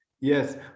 yes